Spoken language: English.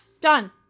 done